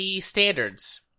standards